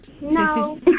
No